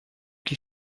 que